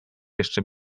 jeszcze